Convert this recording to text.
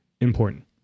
important